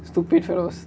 stupid fellows